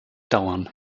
dauern